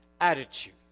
attitude